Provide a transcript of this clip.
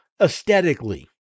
aesthetically